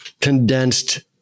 condensed